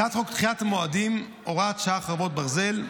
הצעת חוק דחיית מועדים (הוראת שעה, חרבות ברזל)